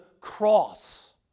cross